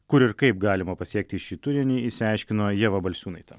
kur ir kaip galima pasiekti šį turinį išsiaiškino ieva balsiūnaitė